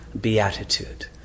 beatitude